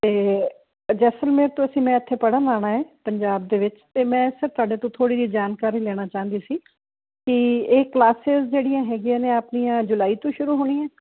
ਤੇ ਜੈਸਲਮੇਰ ਤੋਂ ਅਸੀਂ ਮੈਂ ਇੱਥੇ ਪੜਣ ਆਣਾ ਪੰਜਾਬ ਦੇ ਵਿੱਚ ਤੇ ਮੈਂ ਸਿਰਫ ਤੁਹਾਡੇ ਤੋਂ ਥੋੜੀ ਜਿਹੀ ਜਾਣਕਾਰੀ ਲੈਣਾ ਚਾਹੁੰਦੀ ਸੀ ਕਿ ਇਹ ਕਲਾਸਿਸ ਜਿਹੜੀਆਂ ਹੈਗੀਆਂ ਨੇ ਆਪਣੀਆਂ ਜੁਲਾਈ ਤੋਂ ਸ਼ੁਰੂ ਹੋਣੀਆਂ